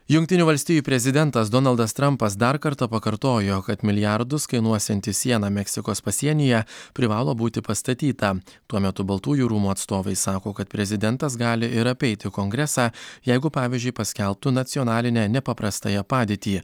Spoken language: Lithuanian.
jungtinių valstijų prezidentas donaldas trampas dar kartą pakartojo kad milijardus kainuosianti siena meksikos pasienyje privalo būti pastatyta tuo metu baltųjų rūmų atstovai sako kad prezidentas gali ir apeiti kongresą jeigu pavyzdžiui paskelbtų nacionalinę nepaprastąją padėtį